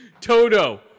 Toto